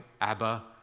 Abba